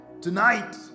tonight